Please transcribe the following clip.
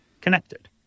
connected